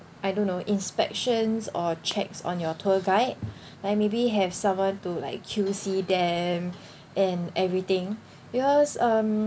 I don't know inspections or checks on your tour guide like maybe have someone to like Q_C them and everything because um